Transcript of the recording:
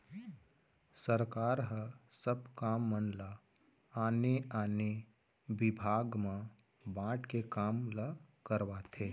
सरकार ह सब काम मन ल आने आने बिभाग म बांट के काम ल करवाथे